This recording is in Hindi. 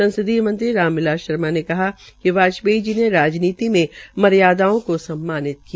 संसदीय मंत्री रामबिलास शर्मा ने कहा कि वाजपेयी जी के राजनीति में मर्यादाओं केा सम्मानित किया